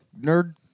nerd